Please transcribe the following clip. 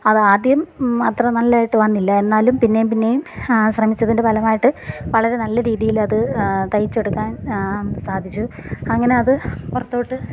അത് ആദ്യം അത്ര നല്ലതായിട്ട് വന്നില്ല എന്നാലും പിന്നെയും പിന്നെയും ശ്രമിച്ചതിൻ്റെ ഫലമായിട്ട് വളരെ നല്ല രീതിയിൽ അത് തയ്ച്ചെടുക്കാൻ സാധിച്ചു അങ്ങനെ അത് പുറത്തോട്ട്